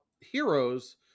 heroes